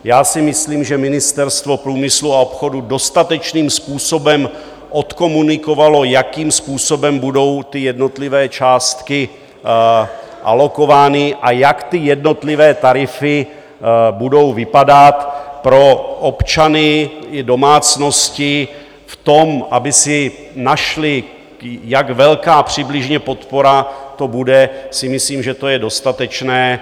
Já si myslím, že Ministerstvo průmyslu a obchodu dostatečným způsobem odkomunikovalo, jakým způsobem budou jednotlivé částky alokovány a jak jednotlivé tarify budou vypadat pro občany i domácnosti, v tom aby si našli, jak velká přibližně podpora to bude, si myslím, že to je dostatečné.